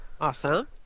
awesome